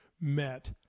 met